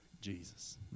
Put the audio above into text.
Jesus